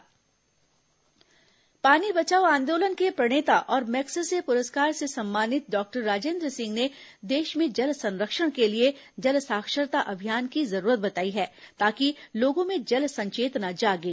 जल संरक्षण पानी बचाओ आंदोलन के प्रणेता और मैग्सेसे पुरस्कार से सम्मानित डॉक्टर राजेन्द्र सिंह ने देश में जल संरक्षण के लिए जल साक्षरता अभियान की जरूरत बताई है ताकि लोगों में जल संचेतना जागे